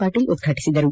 ಪಾಟೀಲ್ ಉದ್ಘಾಟಿಸಿದರು